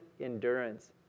endurance